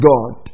God